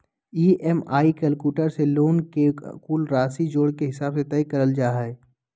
EMI calculator से loan के कुल राशि जोड़ के हिसाब तय करल जा हय